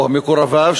או מקורביו,